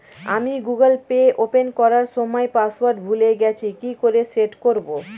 আমি Google pay open করার সময় পাসওয়ার্ড ভুলে গেছি কি করে সেট করব?